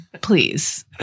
please